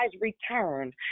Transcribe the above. returned